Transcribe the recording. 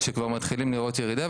שכבר מתחילים לראות ירידה,